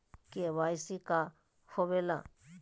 KYC का होवेला?